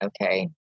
okay